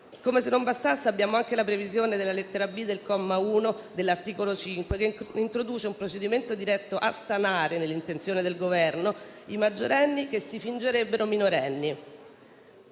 Come se non bastasse, abbiamo anche la previsione della lettera *b)* del comma 1 dell'articolo 5, che introduce un procedimento diretto a stanare, nell'intenzione del Governo, i maggiorenni che si fingerebbero minorenni.